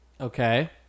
Okay